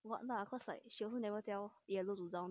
what lah cause she also never tell yellow to down